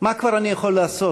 מה כבר אני יכול לעשות?